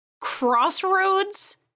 Crossroads